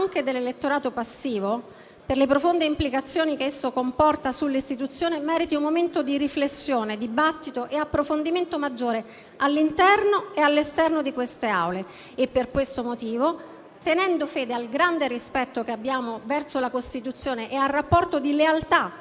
Vi confesso di trovare emozionante votare il provvedimento in esame proprio oggi, a pochi giorni dalla riapertura delle scuole, dopo mesi delicatissimi, in cui i nostri giovani hanno dimostrato una grande maturità e una grande responsabilità, forse più di taluni adulti.